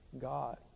God